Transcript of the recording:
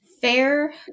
Fair